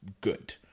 good